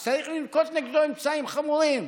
אז צריך לנקוט נגדו אמצעים חמורים.